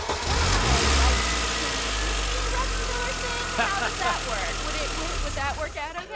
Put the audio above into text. wow. like, can she be rex tillerson? how does that work? would it would would that work out ok?